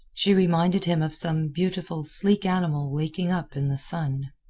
she reminded him of some beautiful, sleek animal waking up in the sun.